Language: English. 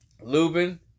Lubin